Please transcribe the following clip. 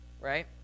right